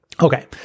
Okay